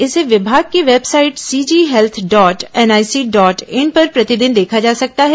इसे विभाग की website CG health dot NIC dot in पर प्रतिदिन देखा जा सकता है